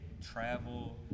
travel